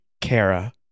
Kara